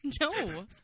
No